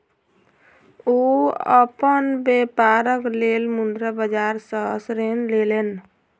ओ अपन व्यापारक लेल मुद्रा बाजार सॅ ऋण लेलैन